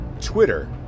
Twitter